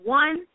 one